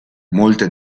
molte